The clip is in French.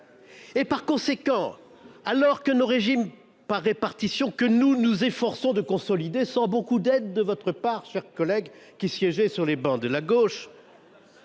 Par conséquent, au moment où nos régimes par répartition- que nous nous efforçons de consolider sans beaucoup d'aide de votre part, chers collègues qui siégez sur la gauche